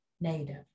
native